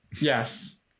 Yes